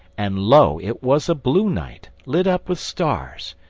and lo! it was a blue night, lit up with stars.